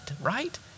Right